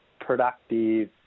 productive